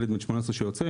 ילד בן 18 שיוצא,